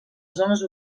zones